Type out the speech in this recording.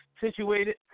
situated